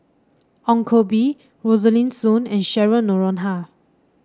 Ong Koh Bee Rosaline Soon and Cheryl Noronha